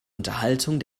unterhaltung